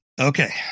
Okay